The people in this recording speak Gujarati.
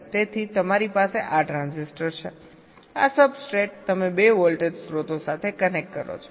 તેથી તમારી પાસે આ ટ્રાન્ઝિસ્ટર છે આ સબસ્ટ્રેટ તમે બે વોલ્ટેજ સ્રોતો સાથે કનેક્ટ કરો છો